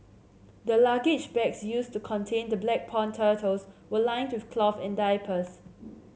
the luggage bags used to contain the black pond turtles were lined with cloth and diapers